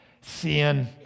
Sin